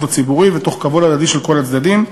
הציבורית ותוך כבוד הדדי מכל הצדדים.